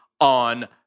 on